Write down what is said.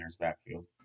backfield